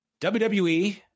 WWE